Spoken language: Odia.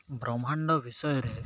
ବ୍ରହ୍ମାଣ୍ଡ ବିଷୟରେ